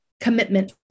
commitment